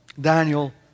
Daniel